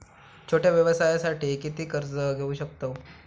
छोट्या व्यवसायासाठी किती कर्ज घेऊ शकतव?